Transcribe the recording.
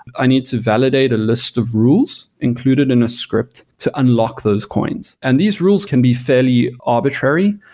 i need to validate a list of rules included in a script to unlock those coins and these rules can be fairly arbitrary,